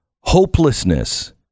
Hopelessness